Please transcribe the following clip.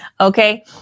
Okay